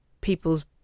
people's